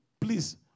Please